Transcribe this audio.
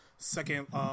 Second